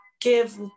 give